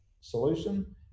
solution